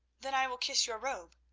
then i will kiss your robe,